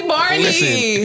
Barney